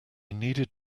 needed